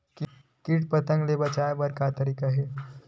कीट पंतगा ले बचाय बर का तरीका हे?